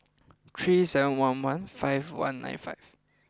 three seven one one five one nine five